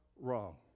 wrong